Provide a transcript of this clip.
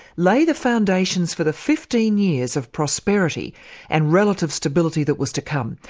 lay the foundations for the fifteen years of prosperity and relative stability that was to come,